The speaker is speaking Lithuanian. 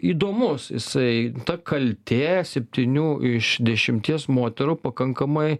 įdomus jisai ta kaltė septynių iš dešimties moterų pakankamai